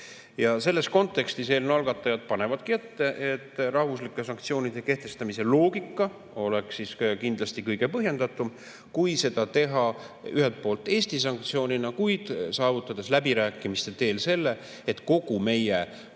Selles kontekstis panevadki eelnõu algatajad ette, et rahvuslike sanktsioonide kehtestamise loogika oleks kindlasti kõige põhjendatum, kui seda teha ühelt poolt Eesti sanktsioonina, kuid saavutades läbirääkimiste teel selle, et kogu meie